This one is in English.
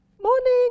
Morning